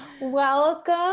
Welcome